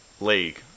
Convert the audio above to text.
league